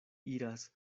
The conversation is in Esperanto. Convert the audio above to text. iras